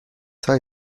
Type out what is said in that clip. های